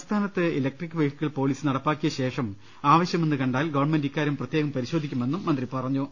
സംസ്ഥാനത്ത് electric vehicle policy നടപ്പിലാക്കിയ ശേഷം ആവ ശ്യമെന്ന് കണ്ടാൽ ഗവൺമെന്റ് ഇക്കാര്യം പ്രത്യേകം പരിശോധിക്കുമെന്നും മന്ത്രി പറഞ്ഞു